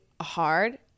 hard